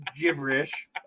gibberish